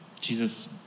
Jesus